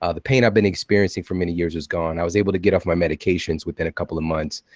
ah the pain i've been experiencing for many years is gone. i was able to get off my medications within a couple of months,